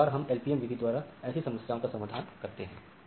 इस प्रकार हम LPM विधि द्वारा ऐसी समस्याओं का समाधान करते हैं